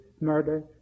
murder